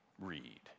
Read